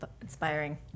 inspiring